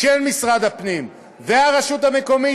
משרד הפנים והרשות המקומית,